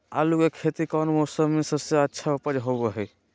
आलू की खेती कौन मौसम में सबसे अच्छा उपज होबो हय?